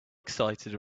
excited